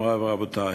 מורי ורבותי,